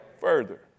further